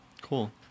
Cool